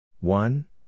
One